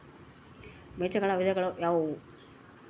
ಬೇಜಗಳ ವಿಧಗಳು ಯಾವುವು?